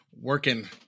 working